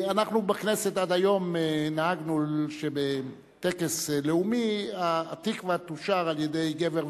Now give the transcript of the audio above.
אנחנו בכנסת עד היום נהגנו שבטקס לאומי "התקווה" יושר על-ידי גבר,